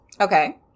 okay